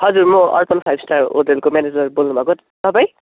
हजुर म Arpan five star होटेलको म्यानेजर बोल्नुभएको तपाईँ